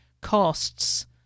costs